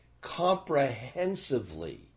comprehensively